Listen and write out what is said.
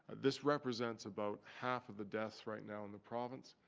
this represents about half of the deaths right now in the province.